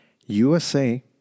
USA